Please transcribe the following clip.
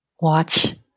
watch